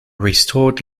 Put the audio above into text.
restored